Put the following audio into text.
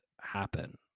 happen